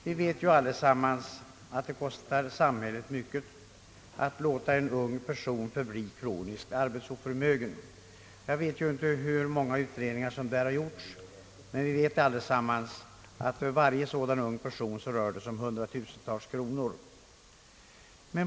Vi vet ju allesammans att det kostar samhället mycket att låta en ung människa förbli kroniskt arbetsoförmögen. Jag vet inte hur många utredningar som har gjorts, men vi vet alla att det för varje sådan ung människa rör sig om kostnader på hundratusentals kronor.